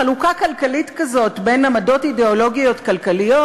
חלוקה כלכלית כזאת בין עמדות אידיאולוגיות כלכליות,